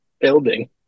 building